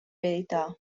verità